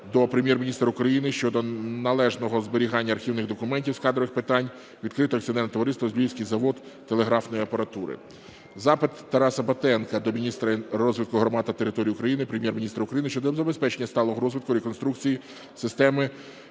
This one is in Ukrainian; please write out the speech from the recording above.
до Прем'єр-міністра України щодо належного зберігання архівних документів з кадрових питань Відкритого акціонерного товариства "Львівський завод телеграфної апаратури". Запит Тараса Батенка до міністра розвитку громад та територій України, Прем'єр-міністра України щодо забезпечення сталого розвитку і реконструкції систем